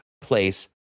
place